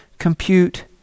compute